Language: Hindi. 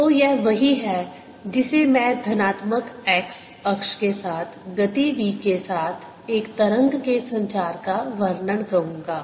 तो यह वही है जिसे मैं धनात्मक x अक्ष के साथ गति v के साथ एक तरंग के संचार का वर्णन कहूंगा